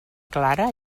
clara